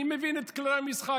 אני מבין את כללי המשחק.